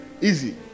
Easy